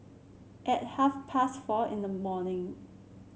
at half past four in the morning